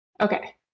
Okay